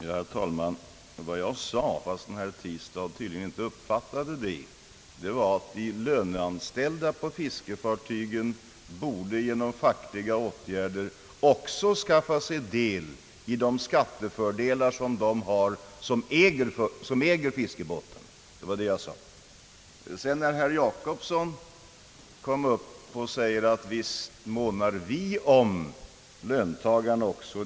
Herr talman! Vad jag sade, fastän herr Tistad tydligen inte uppfattade det, var att de löneanställda på fiskefartygen borde genom fackliga åtgärder också skaffa sig del i de skatteförmåner som tillkommer dem som äger fiskebåtarna. Sedan kom herr Jacobsson upp och sade att högern månar om löntagarna också.